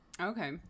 Okay